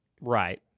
Right